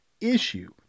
issue